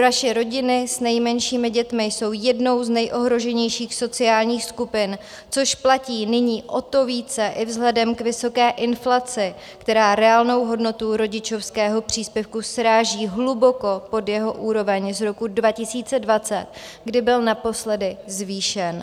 Naše rodiny s nejmenšími dětmi jsou jednou z nejohroženějších sociálních skupin, což platí nyní o to více i vzhledem k vysoké inflaci, která reálnou hodnotu rodičovského příspěvku sráží hluboko pod jeho úroveň z roku 2020, kdy byl naposledy zvýšen.